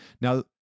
now